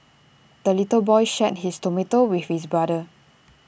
the little boy shared his tomato with his brother